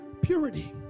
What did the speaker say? purity